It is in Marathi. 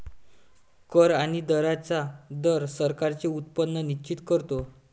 कर आणि दरांचा दर सरकारांचे उत्पन्न निश्चित करतो